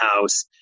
House